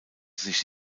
sich